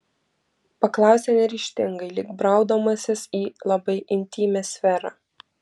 paklausė neryžtingai lyg braudamasis į labai intymią sferą